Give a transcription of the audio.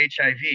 HIV